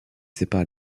sépare